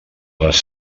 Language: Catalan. les